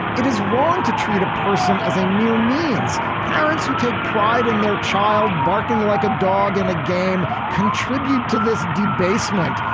it is wrong to treat a person as a mere means parents who take pride in their child. barking like a dog in a game. contribute to this debasement.